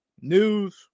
news